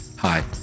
Hi